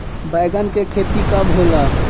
बैंगन के खेती कब होला?